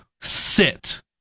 sit